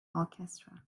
orchestra